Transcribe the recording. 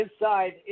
Inside